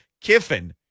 Kiffin